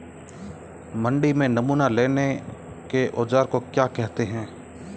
मंडी में नमूना लेने के औज़ार को क्या कहते हैं?